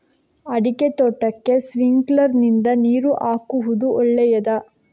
ಅಡಿಕೆ ತೋಟಕ್ಕೆ ಸ್ಪ್ರಿಂಕ್ಲರ್ ನಿಂದ ನೀರು ಹಾಕುವುದು ಒಳ್ಳೆಯದ?